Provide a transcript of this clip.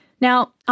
Now